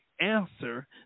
answer